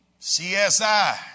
CSI